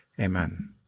amen